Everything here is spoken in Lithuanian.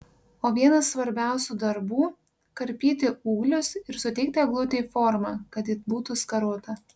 o vienas svarbiausių darbų karpyti ūglius ir suteikti eglutei formą kad ji būtų skarota